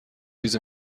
چیز